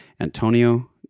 Antonio